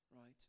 right